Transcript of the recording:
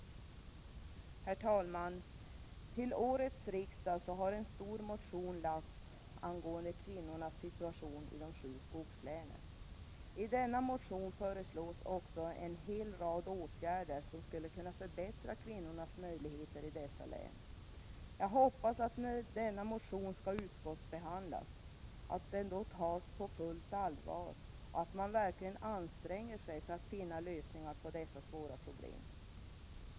Herr talman! Till årets riksdag har en stor motion lagts fram angående kvinnornas situation i de sju skogslänen. I denna motion föreslås också en hel rad åtgärder som skulle kunna förbättra kvinnornas möjligheter i dessa län. Jag hoppas att denna motion när den skall utskottsbehandlas tas på fullt allvar och att man verkligen anstränger sig att finna lösningar på dessa svåra problem.